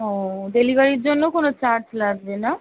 ও ডেলিভারির জন্য কোনো চার্জ লাগবে না